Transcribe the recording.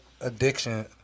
addiction